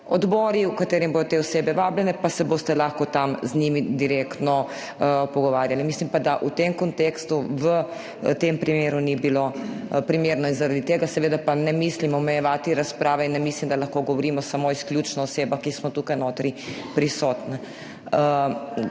odbori, na katere bodo te osebe vabljene, pa se boste lahko tam z njimi direktno pogovarjali. Mislim pa, da v tem kontekstu, v tem primeru ni bilo primerno. In zaradi tega pa seveda ne mislim omejevati razprave in ne mislim, da lahko govorimo samo izključno o osebah, ki smo tukaj notri prisotne.